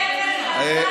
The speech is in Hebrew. בדיוק.